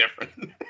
different